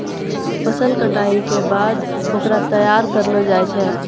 फसल कटाई के बाद होकरा तैयार करलो जाय छै